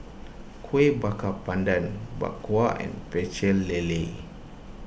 Kuih Bakar Pandan Bak Kwa and Pecel Lele